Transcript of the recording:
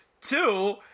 two